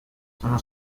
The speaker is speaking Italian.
sono